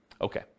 Okay